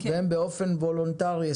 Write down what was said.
והם באופן וולונטרי,